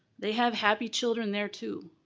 they have happy children there, too.